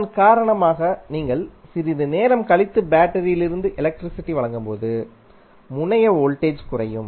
இதன் காரணமாக நீங்கள் சிறிது நேரம் கழித்து பேட்டரியிலிருந்து எலக்ட்ரிசிட்டி வழங்கும்போது முனைய வோல்டேஜ் குறையும்